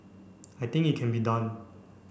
I think it can be done